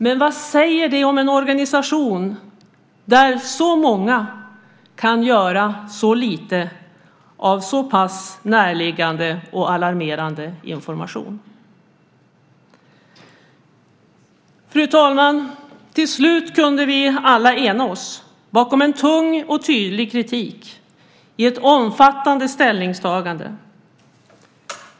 Men vad säger det om en organisation där så många kan göra så lite av så pass närliggande och alarmerande information? Fru talman! Till slut kunde vi alla ena oss bakom en tung och tydlig kritik i ett omfattande ställningstagande.